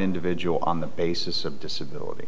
individual on the basis of disability